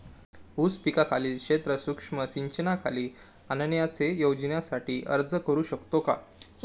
ऊस पिकाखालील क्षेत्र सूक्ष्म सिंचनाखाली आणण्याच्या योजनेसाठी अर्ज करू शकतो का?